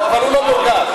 אבל הוא לא מורגש.